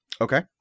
Okay